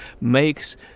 makes